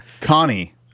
Connie